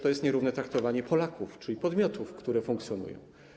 To jest nierówne traktowanie Polaków, czyli podmiotów, które funkcjonują.